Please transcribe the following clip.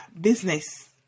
business